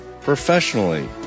professionally